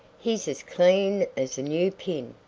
he's as clean as a new pin.